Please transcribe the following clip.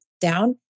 down